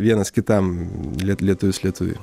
vienas kitam liet lietuvis lietuviui